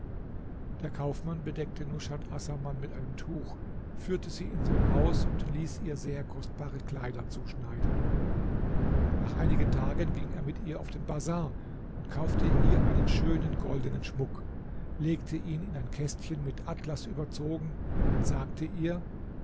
der kaufmann bedeckte nushat assaman mit einem tuch führte sie in sein haus und ließ ihr sehr kostbare kleider zuschneiden nach einigen tagen ging er mit ihr auf den bazar und kaufte ihr einen schönen goldenen schmuck legte ihn in ein kästchen mit atlas überzogen und sagte ihr